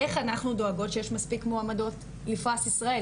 איך אנחנו דואגות שיש מספיק מועמדות לפרס ישראל?